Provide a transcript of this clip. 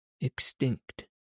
Extinct